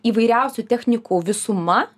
įvairiausių technikų visuma